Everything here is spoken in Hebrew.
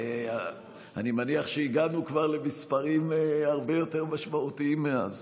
אני מניח שהגענו כבר למספרים הרבה יותר משמעותיים מאז.